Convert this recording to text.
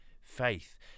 faith